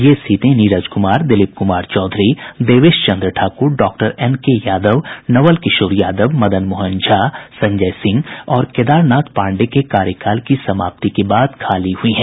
ये सीटें नीरज कुमार दिलीप कुमार चौधरी देवेश चंद्र ठाकुर डॉ एन के यादव नवल किशोर यादव मदन मोहन झा संजय सिंह और केदार नाथ पाण्डेय के कार्यकाल की समाप्ति के बाद खाली हुई हैं